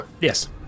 Yes